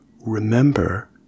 remember